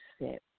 sit